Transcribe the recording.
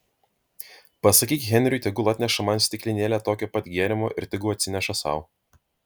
pasakyk henriui tegu atneša man stiklinėlę tokio pat gėrimo ir tegu atsineša sau